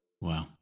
Wow